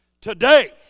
today